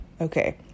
Okay